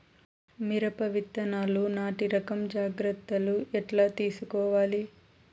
మిరప విత్తనాలు నాటి రకం జాగ్రత్తలు ఎట్లా తీసుకోవాలి?